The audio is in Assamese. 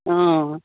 অঁ